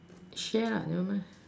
share ah never mind